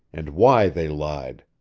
and why they lied.